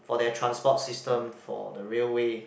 for their transport system for the railway